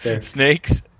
Snakes